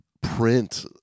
print